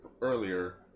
earlier